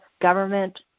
government